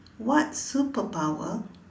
what superpower